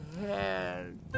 head